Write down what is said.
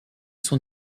sont